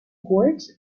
gorge